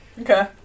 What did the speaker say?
Okay